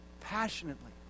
passionately